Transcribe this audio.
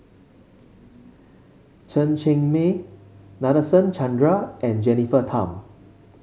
Chen Cheng Mei Nadasen Chandra and Jennifer Tham